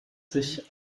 sich